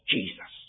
Jesus